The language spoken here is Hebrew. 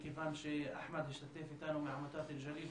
מכיוון שאחמד השתתף איתנו מעמותת הגליל,